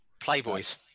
Playboys